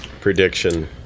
Prediction